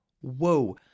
Whoa